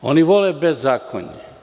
Oni vole bezakonje.